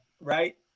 right